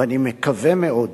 ואני מקווה מאוד